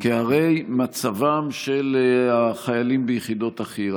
כהרי מצבם של החיילים ביחידות החי"ר.